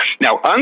Now